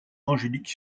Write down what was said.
angélique